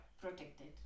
Protected